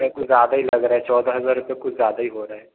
sir कुछ ज़्यादा ही लग रहा है चौदह हज़ार रुपए कुछ ज़्यादा ही हो रहा है